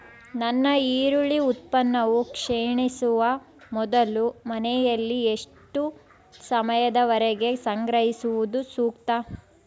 ನನ್ನ ಈರುಳ್ಳಿ ಉತ್ಪನ್ನವು ಕ್ಷೇಣಿಸುವ ಮೊದಲು ಮನೆಯಲ್ಲಿ ಎಷ್ಟು ಸಮಯದವರೆಗೆ ಸಂಗ್ರಹಿಸುವುದು ಸೂಕ್ತ?